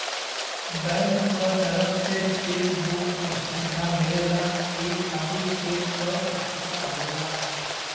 bank क तरफ से चेक बुक क सुविधा मिलेला ई खाली चेक क पुस्तिका होला